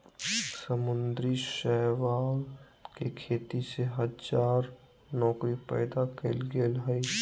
समुद्री शैवाल के खेती से हजार नौकरी पैदा कइल गेल हइ